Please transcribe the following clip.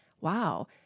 wow